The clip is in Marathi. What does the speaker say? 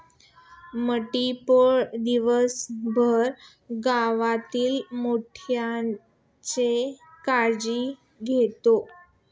मेंढपाळ दिवसभर गावातील मेंढ्यांची काळजी घेतो